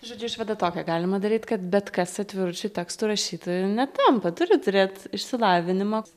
žodžiu išvadą tokią galima daryt kad bet kas atviručių tekstų rašytoju netampa turi turėt išsilavinimą